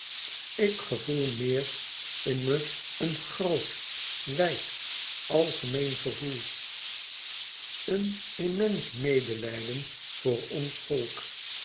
ik voel meer in me een groot wijd algemeen gevoel een immens medelijden voor ons volk